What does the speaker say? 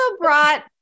brought